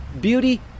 Beauty